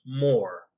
more